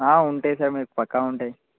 ఉంటాయి సార్ మీకు పక్కా ఉంటాయి